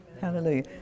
hallelujah